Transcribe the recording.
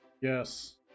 yes